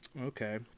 Okay